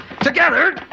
together